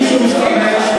כשהמישהו משתמש,